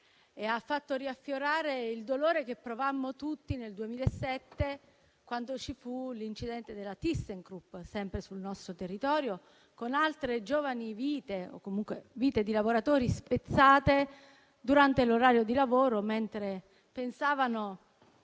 e ha fatto riaffiorare il dolore che provammo tutti nel 2007, quando ci fu l'incidente della ThyssenKrupp sempre nel mio territorio e altre vite di lavoratori furono spezzate durante l'orario di lavoro, mentre pensavano